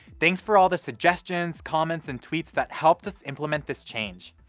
thanks for all the suggestions, comments and tweets that helped us implement this change!